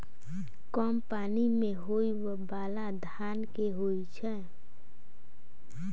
कम पानि मे होइ बाला धान केँ होइ छैय?